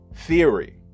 Theory